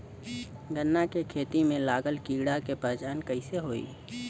गन्ना के खेती में लागल कीड़ा के पहचान कैसे होयी?